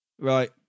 right